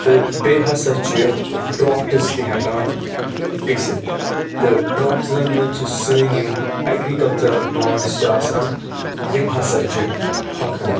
تہٕ بیٚیہِ ہَسا چھِ ڈراٹٕس تہِ ہیٚکان گٔژھِتھ تہٕ ڈراٹٕزَن مَنٛز چھِ سٲنۍ یم ایٚگریکلچرَل پُلانٹس چھِ آسان یم ہَسا چھِ ہۅکھان